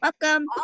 Welcome